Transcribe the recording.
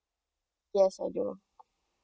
yes I do